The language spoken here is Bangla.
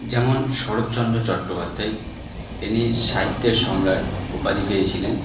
যেমন শরৎচন্দ্র চট্টোপাধ্যায় ইনি সাহিত্যের সম্রাট উপাধি পেয়েছিলেন